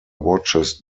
watches